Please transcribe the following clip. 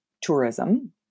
tourism